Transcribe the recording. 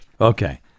Okay